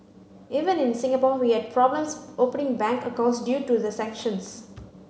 even in Singapore we had problems opening bank accounts due to the sanctions